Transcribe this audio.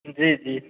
जी जी